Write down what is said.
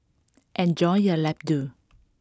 enjoy your Ladoo